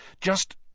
Just—